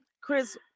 Chris